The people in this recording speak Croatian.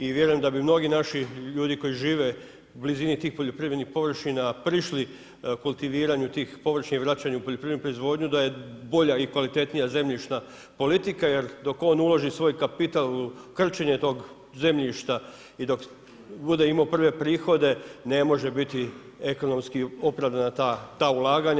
I vjerujem da bi mnogi naši ljudi koji žive u blizini tih poljoprivrednih površina, prišli kultiviranju tih površina i vraćanju u poljoprivrednu proizvodnju, da je bolja i kvalitetnija zemljišna politika, jer dok on uloži svoj kapital u krčenje tog zemljišta i dok bude imao prve prihode, ne može biti ekonomski opravdana ta ulaganja.